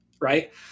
right